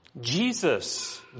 Jesus